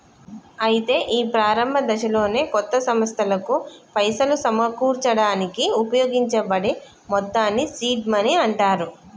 అయితే ఈ ప్రారంభ దశలోనే కొత్త సంస్థలకు పైసలు సమకూర్చడానికి ఉపయోగించబడే మొత్తాన్ని సీడ్ మనీ అంటారు